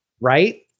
Right